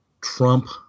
Trump